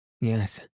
Yes